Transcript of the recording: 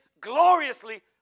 gloriously